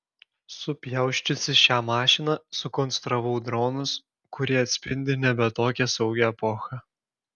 supjausčiusi šią mašiną sukonstravau dronus kurie atspindi nebe tokią saugią epochą